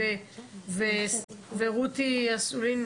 רותי האוסליך,